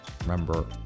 Remember